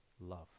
love